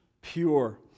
pure